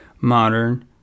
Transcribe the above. modern